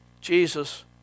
Jesus